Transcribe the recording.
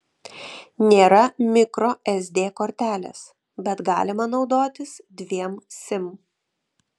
nėra mikro sd kortelės bet galima naudotis dviem sim